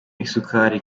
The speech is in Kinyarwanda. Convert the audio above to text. isukari